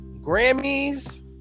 Grammys